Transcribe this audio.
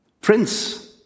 prince